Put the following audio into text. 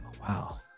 Wow